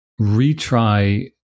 retry